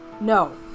No